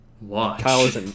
watch